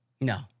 No